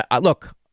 Look